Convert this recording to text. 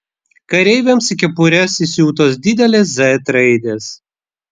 kareiviams į kepures įsiūtos didelės z raidės